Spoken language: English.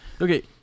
Okay